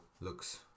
looks